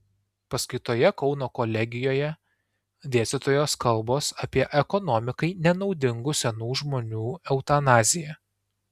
paskaitoje kauno kolegijoje dėstytojos kalbos apie ekonomikai nenaudingų senų žmonių eutanaziją